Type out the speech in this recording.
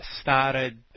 started